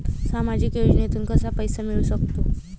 सामाजिक योजनेतून कसा पैसा मिळू सकतो?